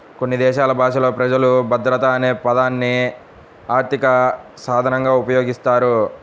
కొన్ని దేశాలు భాషలలో ప్రజలు భద్రత అనే పదాన్ని ఆర్థిక సాధనంగా ఉపయోగిస్తారు